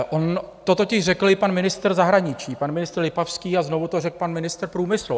On to totiž řekl i pan ministr zahraničí, pan ministr Lipavský, a znovu to řekl pan ministr průmyslu.